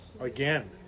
Again